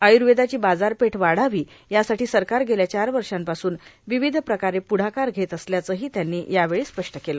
आयुर्वेदाची बाजारपेठ वाढावी यासाठी सरकार गेल्या चार वर्षांपासून विविध प्रकारे पुढाकार घेत असल्याचंही त्यांनी यावेळी स्पष्ट केलं